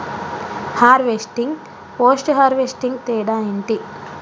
Harvesting, post harvesting తేడా ఏంటి?